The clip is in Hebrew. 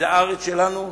זו הארץ שלנו,